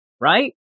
Right